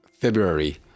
February